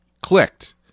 clicked